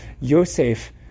Yosef